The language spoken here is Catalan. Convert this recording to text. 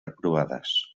aprovades